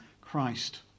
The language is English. Christ